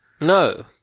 No